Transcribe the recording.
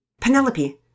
Penelope